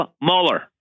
Mueller